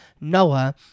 Noah